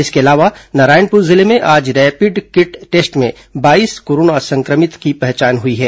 इसके अलावा नारायणपुर जिले में आज रैपिड किट टेस्ट में बाईस कोरोना संदिग्धों की पहचान हुई है